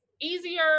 easier